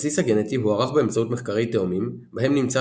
הבסיס הגנטי הוערך באמצעות מחקרי תאומים בהם נמצא